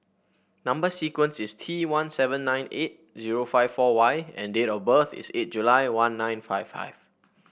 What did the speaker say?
number sequence is T one seven nine eight zero five four Y and date of birth is eight July one nine five five